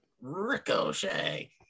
Ricochet